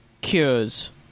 cures